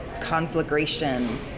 conflagration